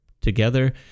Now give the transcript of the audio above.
together